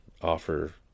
offer